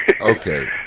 okay